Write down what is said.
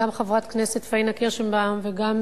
גם חברת הכנסת פניה קירשנבאום וגם,